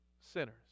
sinners